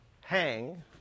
hang